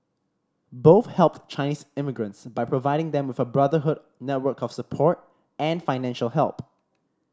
both helped Chinese immigrants by providing them with a brotherhood network of support and financial help